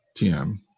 tm